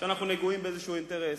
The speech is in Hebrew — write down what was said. שאנחנו נגועים באינטרס,